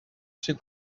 she